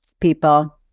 people